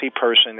person